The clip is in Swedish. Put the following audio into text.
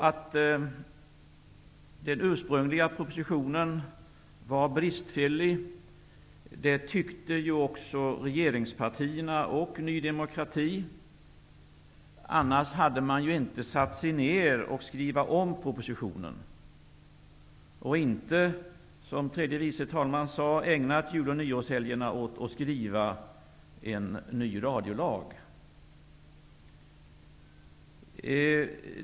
Att den ursprungliga propositionen var bristfällig tyckte också regeringspartierna och Ny demokrati. Annars hade man ju inte satt sig ner och skrivit om propositionen, och inte heller hade man, som tredje vice talmannen sade, ägnat jul och nyårshelgen åt att skriva en ny radiolag.